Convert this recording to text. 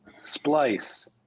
Splice